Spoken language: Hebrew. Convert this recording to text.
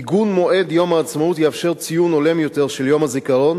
עיגון מועד יום העצמאות יאפשר ציון הולם יותר של יום הזיכרון,